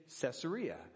Caesarea